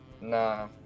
Nah